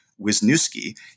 Wisniewski